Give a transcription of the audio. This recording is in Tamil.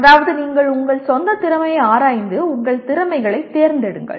அதாவது நீங்கள் உங்கள் சொந்த திறமையை ஆராய்ந்து உங்கள் திறமைகளைத் தேர்ந்தெடுங்கள்